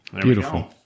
Beautiful